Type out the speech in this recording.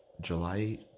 July